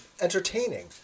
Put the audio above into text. entertaining